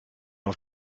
auf